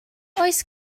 oes